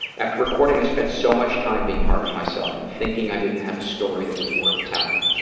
after recording, i spent so much time being hard on myself and thinking i didn't have a story that was worth telling.